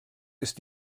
ist